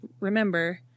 remember